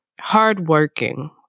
hardworking